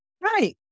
Right